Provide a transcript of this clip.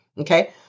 Okay